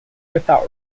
without